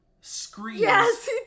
screams